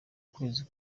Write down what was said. kwezi